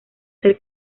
ser